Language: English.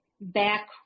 back